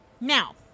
Now